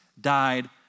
died